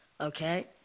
Okay